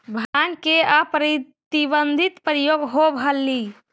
भाँग के अप्रतिबंधित प्रयोग होवऽ हलई